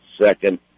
second